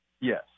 Yes